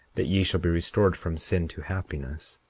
that ye shall be restored from sin to happiness.